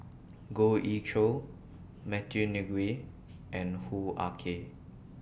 Goh Ee Choo Matthew Ngui and Hoo Ah Kay